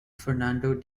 fernando